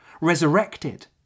resurrected